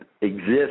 exist